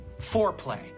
Foreplay